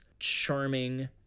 charming